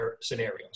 scenarios